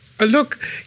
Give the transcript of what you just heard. Look